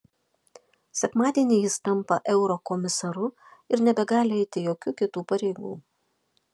sekmadienį jis tampa eurokomisaru ir nebegali eiti jokių kitų pareigų